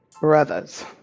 brothers